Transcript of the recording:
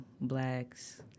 blacks